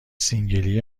سینگلی